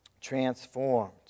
transformed